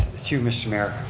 through mr. mayor,